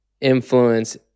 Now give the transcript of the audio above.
influence